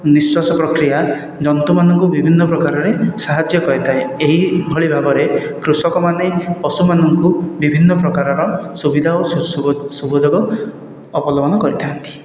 ନିଶ୍ଵାସ ପ୍ରକ୍ରିୟା ଜନ୍ତୁମାନଙ୍କୁ ବିଭିନ୍ନ ପ୍ରକାରରେ ସାହାଯ୍ୟ କରିଥାଏ ଏହିଭଳି ଭାବରେ କୃଷକମାନେ ପଶୁମାନଙ୍କୁ ବିଭିନ୍ନ ପ୍ରକାରର ସୁବିଧା ଓ ସୁଯୋଗ ଅବଲମ୍ବନ କରିଥାନ୍ତି